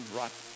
right